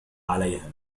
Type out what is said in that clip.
عليها